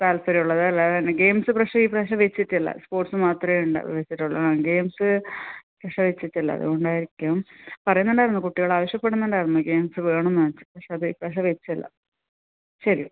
താല്പര്യമുള്ളതല്ലേ games പക്ഷേ ഇപ്രാവശ്യം വെച്ചിട്ടില്ല സ്പോർട്സ് മാത്രമേ ഉണ്ട വെച്ചിട്ടുള്ളൂ ആ ഗെയിംസ് പക്ഷേ വെച്ചിട്ടില്ല അതുകൊണ്ടായിരിക്കും പറയുന്നുണ്ടായിരുന്നു കുട്ടികൾ ആവശ്യപ്പെടുന്നുണ്ടായിരുന്നു ഗെയിംസ് വേണമെന്ന് പക്ഷേ അത് ഇപ്രാവശ്യം വെച്ചില്ല ശരി